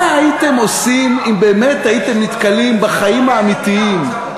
מה הייתם עושים אם באמת הייתם נתקלים בחיים האמיתיים,